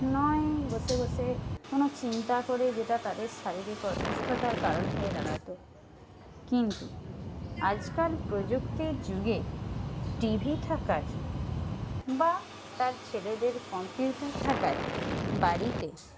নয় বসে বসে কোনো চিন্তা করে যেটা তাদের শারীরিক অসুস্থতার কারণ হয়ে দাঁড়াত কিন্তু আজকাল প্রযুক্তির যুগে টিভি থাকায় বা তার ছেলেদের কম্পিউটার থাকায় বাড়িতে